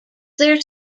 their